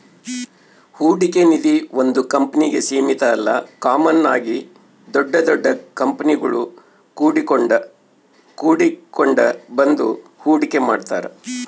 ಹೂಡಿಕೆ ನಿಧೀ ಒಂದು ಕಂಪ್ನಿಗೆ ಸೀಮಿತ ಅಲ್ಲ ಕಾಮನ್ ಆಗಿ ದೊಡ್ ದೊಡ್ ಕಂಪನಿಗುಳು ಕೂಡಿಕೆಂಡ್ ಬಂದು ಹೂಡಿಕೆ ಮಾಡ್ತಾರ